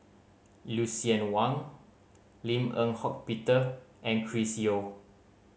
Lucien Wang Lim Eng Hock Peter and Chris Yeo